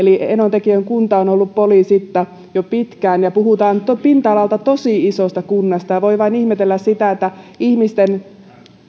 enontekiön kunta on ollut poliisitta jo pitkään puhutaan pinta alaltaan tosi isosta kunnasta ja voi vain ihmetellä sitä ihmisten